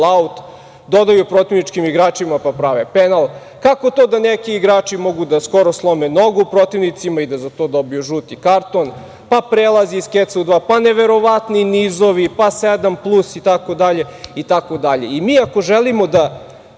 golaut, dodaju protivničkim igračima, pa prave penal, kako to da neki igrači mogu da skoro slome nogu protivnicima, i da za to dobiju žuti karton, pa prelaz iz keca u dva, pa, neverovatni nizovi, pa sedam plus, itd, itd. Mi ako želimo da